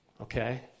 okay